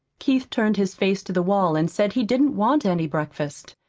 keith turned his face to the wall and said he didn't want any breakfast.